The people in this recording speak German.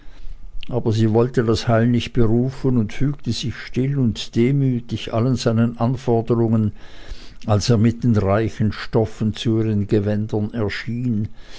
aber sie wollte das heil nicht berufen und fügte sich still und demütig allen seinen anordnungen als er mit den reichen stoffen zu ihren gewändern erschien